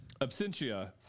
Absentia